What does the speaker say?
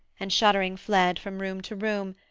and shuddering fled from room to room,